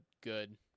good